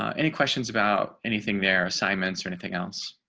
um any questions about anything their assignments or anything else.